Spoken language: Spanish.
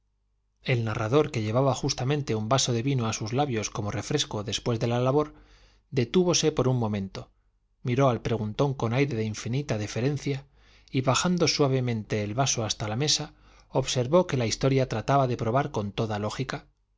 el narrador que llevaba justamente un vaso de vino a sus labios como refresco después de la labor detúvose por un momento miró al preguntón con aire de infinita deferencia y bajando suavemente el vaso hasta la mesa observó que la historia trataba de probar con toda lógica